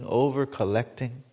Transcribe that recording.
over-collecting